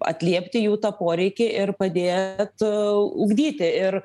atliepti jų tą poreikį ir padėt ugdyti ir